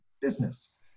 business